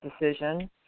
decision